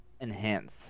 enhance